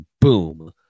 boom